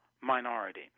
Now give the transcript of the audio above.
minority